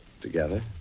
together